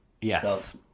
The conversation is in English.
Yes